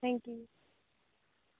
thank you